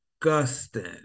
disgusting